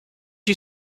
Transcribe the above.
you